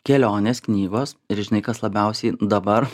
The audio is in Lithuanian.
kelionės knygos ir žinai kas labiausiai dabar